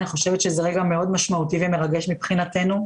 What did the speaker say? אני חושבת שזה רגע מאוד מרגש ומשמעותי מבחינתנו.